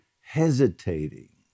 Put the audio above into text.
hesitating